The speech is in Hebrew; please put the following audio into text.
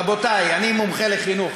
רבותי, אני מומחה לחינוך.